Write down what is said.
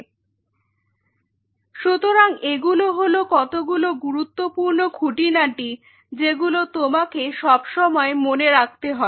Refer Time 0427 সুতরাং এগুলো হলো কতগুলি গুরুত্বপূর্ণ খুঁটিনাটি যেগুলো তোমাকে সবসময় মনে রাখতে হবে